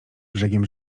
brzegiem